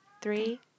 Three